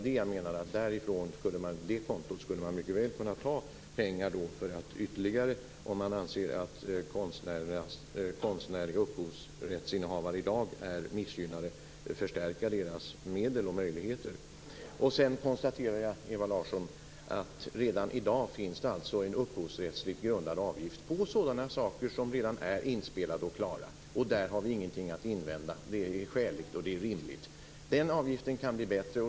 Det kontot skulle man mycket väl kunna ta ytterligare pengar från om man anser att konstnärliga upphovsrättsinnehavare i dag är missgynnade och förstärka deras medel och möjligheter. Jag konstaterar sedan, Ewa Larsson, att det redan i dag finns en upphovsrättsligt grundad avgift på sådana saker som redan är inspelade och klara. Där har vi ingenting att invända. Det är skäligt och rimligt. Den avgiften kan blir bättre.